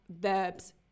verbs